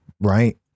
Right